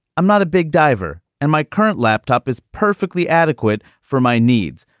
i'm not a big diver and my current laptop is perfectly adequate for my needs.